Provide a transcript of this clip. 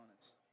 honest